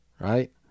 right